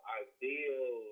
ideal